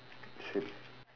shit